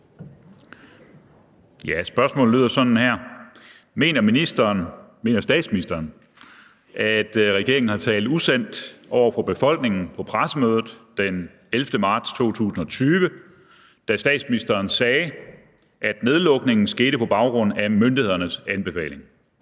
Spørgsmålet lyder sådan her: Mener statsministeren, at regeringen har talt usandt over for befolkningen på pressemødet den 11. marts 2020, da statsministeren sagde, at nedlukningen skete på baggrund af myndighedernes anbefaling?